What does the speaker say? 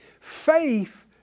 Faith